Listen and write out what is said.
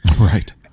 Right